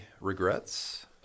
regrets